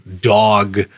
dog